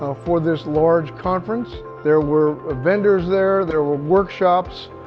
ah for this large conference. there were vendors there, there were workshops.